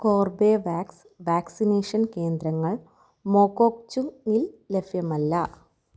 Corbevax vaccination കേന്ദ്രങ്ങൾ മോകോക്ചുങ്ങിൽ ലഭ്യമല്ല